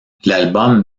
l’album